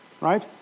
right